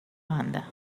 banda